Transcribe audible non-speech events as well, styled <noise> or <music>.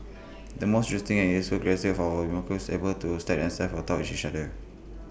the most interesting and useful <unintelligible> of our <unintelligible> is able to stack themselves on top of each other